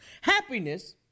Happiness